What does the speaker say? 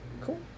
Cool